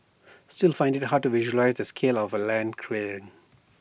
still find IT hard to visualise the scale of land clearing